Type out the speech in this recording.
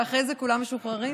ואחרי זה כולם משוחררים?